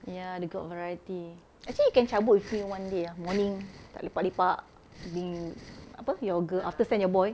ya they got variety actually you can cabut with me one day ah morning tak lepak-lepak bring apa your girl after send your boy